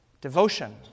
devotion